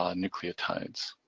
um nucleotides.